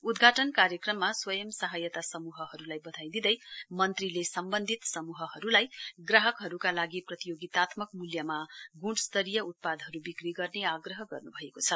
उद्घाटन कार्यक्रममा स्वंय सहायता समूहहरूलाई बधाई दिँदै मन्त्रीले सम्बन्धित समूहहरूलाई ग्रहकहरूका लागि प्रतियोगितात्मक मूल्यमा गुणस्तरीय उत्पादहरू बिक्री गर्ने आग्रह गर्नुभएको छ